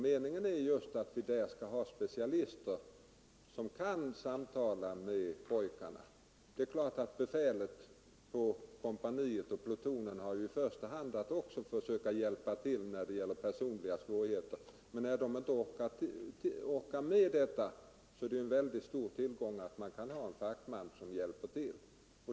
Meningen är att vi i denna verksamhet skall ha specialister som kan samtala med pojkarna. Det är klart att det i första hand är befälet på kompaniet och plutonen som skall hjälpa till när det gäller personliga svårigheter, men när dessa inte orkar med detta är det en mycket stor 23 Nr 122 tillgång att man har en fackman som hjälper till.